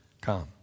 come